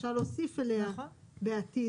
אפשר להוסיף עליה בעתיד.